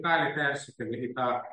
persikėlė į tą